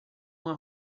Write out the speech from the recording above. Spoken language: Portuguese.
uma